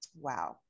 Wow